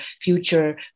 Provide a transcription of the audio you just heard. future